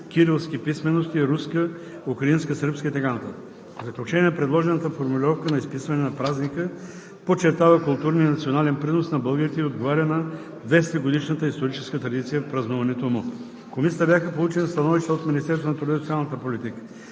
кирилски писмености – руска, украинска, сръбска и така нататък. В заключение, предложената формулировка на изписване на празника подчертава културния и национален принос на българите и отговаря на 200-годишната историческа традиция в празнуването му. В Комисията бяха получени становища от Министерството на труда и социалната политика,